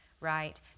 right